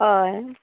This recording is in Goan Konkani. हय